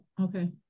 Okay